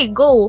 go